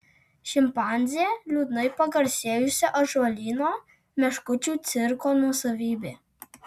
šimpanzė liūdnai pagarsėjusio ąžuolyno meškučių cirko nuosavybė